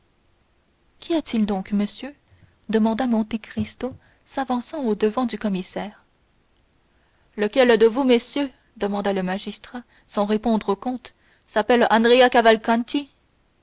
qu'y a-t-il donc monsieur demanda monte cristo s'avançant au-devant du commissaire lequel de vous messieurs demanda le magistrat sans répondre au comte s'appelle andrea cavalcanti